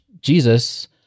Jesus